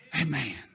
Amen